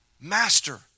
Master